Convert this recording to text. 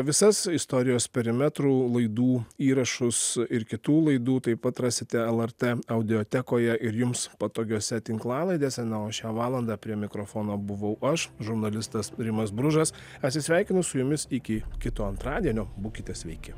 visas istorijos perimetrų laidų įrašus ir kitų laidų taip pat rasite lrt audiotekoje ir jums patogiose tinklalaidėse na o šią valandą prie mikrofono buvau aš žurnalistas rimas bružas atsisveikinu su jumis iki kito antradienio būkite sveiki